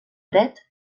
dret